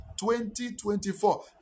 2024